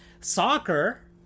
Soccer